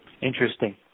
Interesting